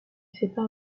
sépare